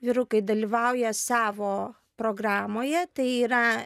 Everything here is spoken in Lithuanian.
vyrukai dalyvauja savo programoje tai yra